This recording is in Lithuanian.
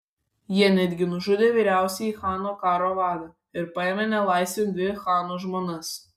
jie netgi nužudė vyriausiąjį chano karo vadą ir paėmė nelaisvėn dvi chano žmonas